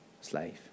slave